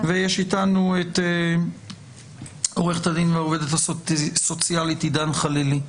נמצא אתנו עורכת הדין והעובדת הסוציאלית עידן חלילי.